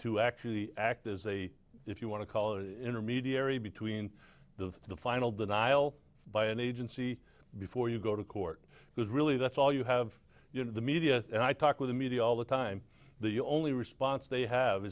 to actually act as a if you want to call an intermediary between the the final denial by an agency before you go to court because really that's all you have you know the media and i talk with the media all the time the only response they have